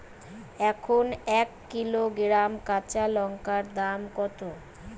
এখন এক কিলোগ্রাম কাঁচা লঙ্কার দাম কত?